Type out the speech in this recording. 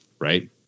Right